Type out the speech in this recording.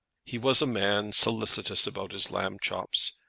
he was a man solicitous about his lamb chops,